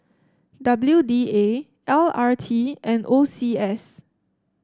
W D A L R T and O C S